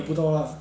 买不到啦